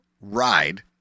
ride